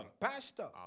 pastor